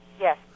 Yes